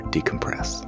Decompress